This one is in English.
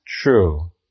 true